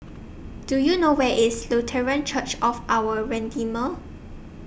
Do YOU know Where IS Lutheran Church of Our Redeemer